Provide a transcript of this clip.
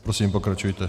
Prosím, pokračujte.